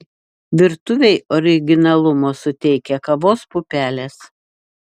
virtuvei originalumo suteikia kavos pupelės